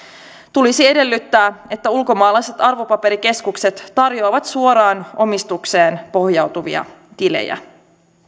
tulisi edellyttää että ulkomaalaiset arvopaperikeskukset tarjoavat suoraan omistukseen pohjautuvia tilejä